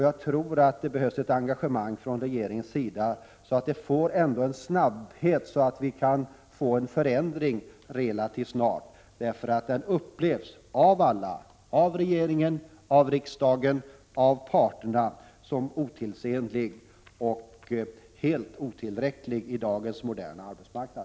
Jag tror att det behövs ett engagemang från regeringens sida för att en förändring skall kunna ske relativt snart. Lagen upplevs av alla — av regeringen, av riksdagen och av parterna — som otidsenlig och helt otillräcklig på dagens moderna arbetsmarknad.